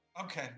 Okay